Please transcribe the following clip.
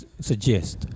suggest